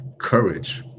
courage